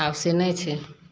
आब से नहि छै